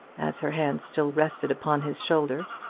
as her hands still rested upon his shoulder.